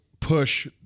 Push